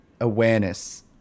awareness